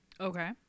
Okay